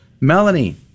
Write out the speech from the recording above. Melanie